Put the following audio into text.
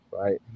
Right